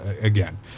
again